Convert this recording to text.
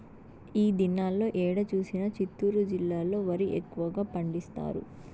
ఈ దినాల్లో ఏడ చూసినా చిత్తూరు జిల్లాలో వరి ఎక్కువగా పండిస్తారు